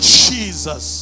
jesus